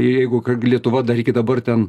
ir jeigu kag lietuva dar iki dabar ten